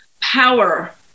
power